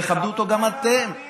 תכבדו אותו גם אתם.